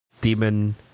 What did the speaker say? demon